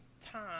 time